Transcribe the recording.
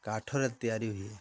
କାଠରେ ତିଆରି ହୁଏ